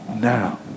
now